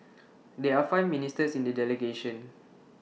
there are five ministers in the delegation